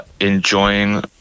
enjoying